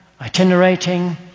itinerating